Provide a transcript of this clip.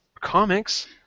comics